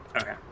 Okay